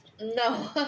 No